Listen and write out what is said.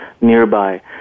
nearby